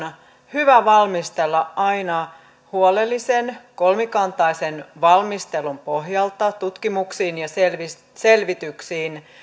hyvä valmistella aina huolellisen kolmikantaisen valmistelun pohjalta tutkimuksiin ja selvityksiin